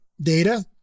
data